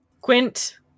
Quint